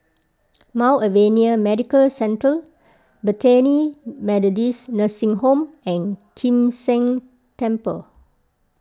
Mount Alvernia Medical Centre Bethany Methodist Nursing Home and Kim San Temple